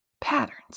patterns